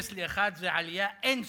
מאפס לאחד זה עלייה אין-סופית.